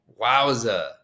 Wowza